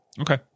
Okay